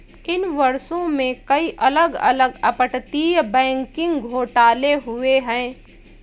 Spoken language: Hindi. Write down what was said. इन वर्षों में, कई अलग अलग अपतटीय बैंकिंग घोटाले हुए हैं